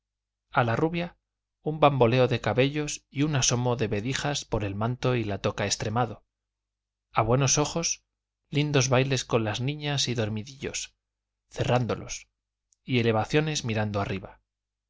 a la rubia un bamboleo de cabellos y un asomo de vedijas por el manto y la toca extremado a buenos ojos lindos bailes con las niñas y dormidillos cerrándolos y elevaciones mirando arriba